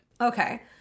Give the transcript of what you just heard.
Okay